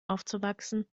aufzuwachsen